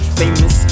famous